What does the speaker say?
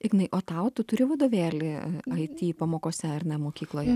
ignai o tau tu turi vadovėlį it pamokose ar ne mokykloj